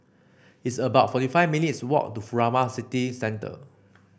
it's about forty five minutes' walk to Furama City Centre